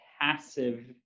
passive